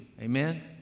amen